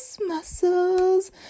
muscles